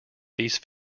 these